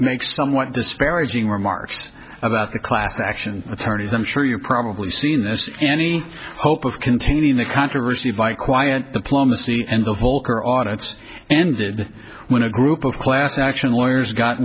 makes somewhat disparaging remarks about the class action attorneys i'm sure you're probably seen as any hope of containing the controversy by quiet diplomacy and the volcker audits ended when a group of class action lawyers got